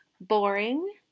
boring